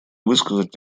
высказать